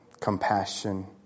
compassion